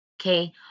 Okay